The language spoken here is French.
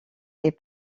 est